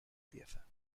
pieza